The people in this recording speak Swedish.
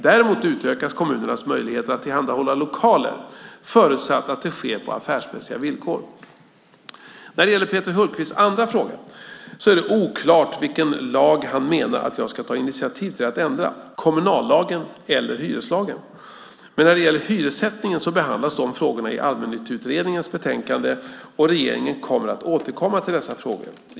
Däremot utökas kommunernas möjligheter att tillhandahålla lokaler, förutsatt att det sker på affärsmässiga villkor. När det gäller Peter Hultqvists andra fråga är det oklart vilken lag han menar att jag skulle ta initiativ till att ändra - kommunallagen eller hyreslagen. När det gäller hyressättningen behandlas de frågorna i Allmännytteutredningens betänkande, och regeringen kommer att återkomma till dessa frågor.